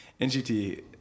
NGT